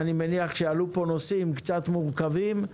אני מניח שעלו פה נושאים קצת מורכבים.